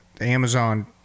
Amazon